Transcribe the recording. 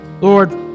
Lord